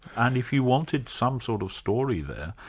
and if you wanted some sort of story there,